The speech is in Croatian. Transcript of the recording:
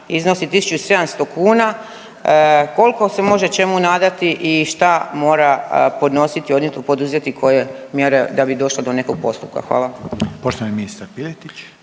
iznosi 1.700 kuna, kolko se može čemu nadati i šta mora podnositi i odnijeti i poduzeti koje mjere da bi došlo do nekog postupka? Hvala.